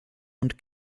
und